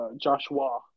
Joshua